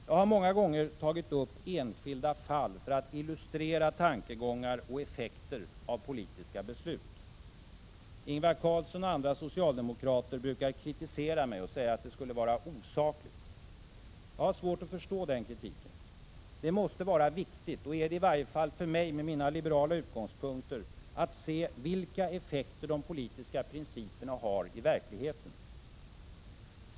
Jag har många gånger tagit upp enskilda fall för att illustrera tankegångar och effekter av politiska beslut. Ingvar Carlsson och andra socialdemokrater brukar kritisera mig och säga att detta är osakligt. Jag har svårt att förstå den kritiken. Det måste vara viktigt att se vilka effekter de politiska principerna har i verkligheten.